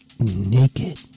naked